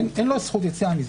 אין לו זכות יציאה מזה.